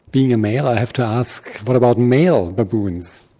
being a male i have to ask what about male baboons?